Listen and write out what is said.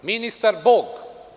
Ministar – bog.